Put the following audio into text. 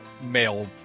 male